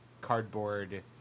cardboard